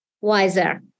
wiser